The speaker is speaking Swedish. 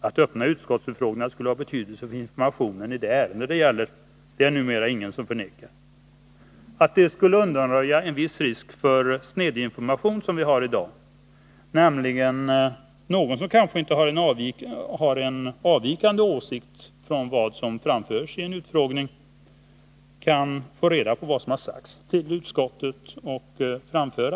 Att öppna utskottsutfrågningar skulle ha betydelse för informationen i det ärende det gäller är det numera ingen som förnekar. Det skulle dessutom undanröja en viss risk för snedinformation som i dag föreligger, nämligen då någon, som kanske har en åsikt som avviker från vad någon annan framfört vid en utfrågning, inte får reda på vad som sagts till utskottet.